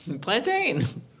Plantain